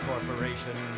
Corporation